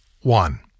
One